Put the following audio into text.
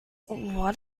what